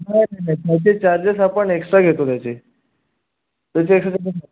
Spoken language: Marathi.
हां तर ह्या ह्याचे चार्जेस आपण एक्स्ट्रा घेतो त्याचे त्याच्यापेक्षा